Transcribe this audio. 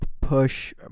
push